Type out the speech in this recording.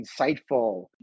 insightful